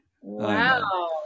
Wow